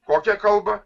kokia kalba